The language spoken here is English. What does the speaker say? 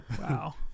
Wow